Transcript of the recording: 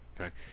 Okay